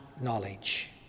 knowledge